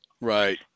Right